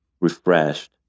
refreshed